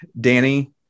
Danny